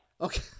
Okay